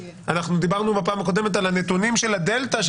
דיברנו בפעם הקודמת על הנתונים של הדלתא,